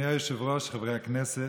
אדוני היושב-ראש, חברי הכנסת,